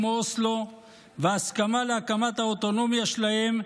כמו אוסלו וההסכמה להקמת האוטונומיה שלהם,